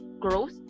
growth